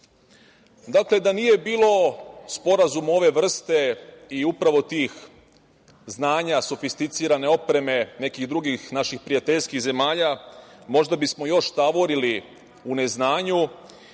da nije bilo sporazuma ove vrste i upravo tih znanja sofisticirane opreme nekih drugih naših prijateljskih zemalja možda bismo još tavorili u neznanju